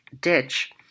ditch